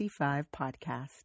podcast